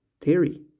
theory